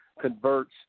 converts